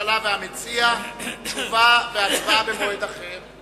שתשובה והצבעה יהיו במועד אחר.